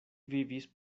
vivis